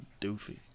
doofy